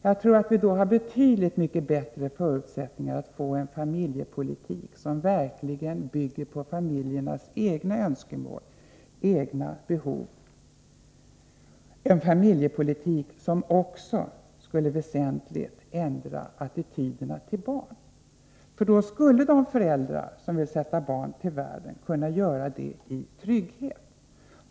Jag tror att vi då har betydligt mycket bättre förutsättningar att få en familjepolitik som verkligen bygger på familjernas egna önskemål och behov. Vi skulle få en familjepolitik som också väsentligt skulle ändra attityderna till barn. Då skulle de som vill sätta barn till världen kunna göra det i trygghet.